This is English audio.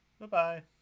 Bye-bye